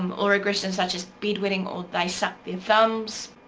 um or aggression such as bedwetting, or they suck their thumbs.